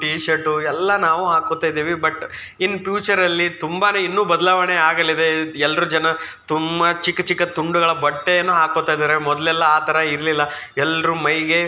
tea shirt ಎಲ್ಲ ನಾವು ಹಾಕ್ಕೋತ ಇದ್ದೀವಿ ಬಟ್ ಇನ್ನು ಫ್ಯೂಚರಲ್ಲಿ ತುಂಬಾ ಇನ್ನೂ ಬದಲಾವಣೆ ಆಗಲಿದೆ ಎಲ್ಲರೂ ಜನ ತುಂಬ ಚಿಕ್ಕ ಚಿಕ್ಕ ತುಂಡುಗಳ ಬಟ್ಟೆಯನ್ನು ಹಾಕ್ಕೋತ ಇದ್ದಾರೆ ಮೊದಲೆಲ್ಲ ಆ ಥರ ಇರಲಿಲ್ಲ ಎಲ್ಲರೂ ಮೈಗೆ